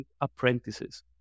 apprentices